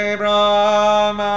Abraham